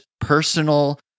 personal